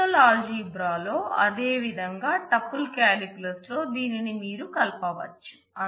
relational algebra లో అదేవిధంగా tuple calculus లో దీనిని మీరు కలపవచ్చు